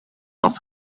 off